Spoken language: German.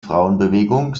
frauenbewegung